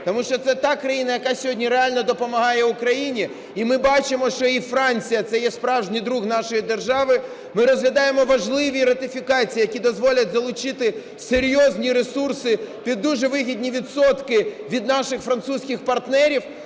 тому що це та країна, яка сьогодні реально допомагає Україні, і ми бачимо, що і Франція – це є справжній друг нашої держави. Ми розглядаємо важливі ратифікації, які дозволять залучити серйозні ресурси під дуже вигідні відсотки від наших французьких партнерів.